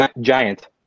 Giant